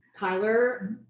Kyler